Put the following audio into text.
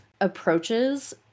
approaches